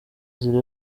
nzira